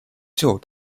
具有